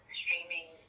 streaming